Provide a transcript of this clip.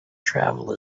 travel